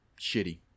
shitty